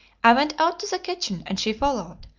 i went out to the kitchen, and she followed,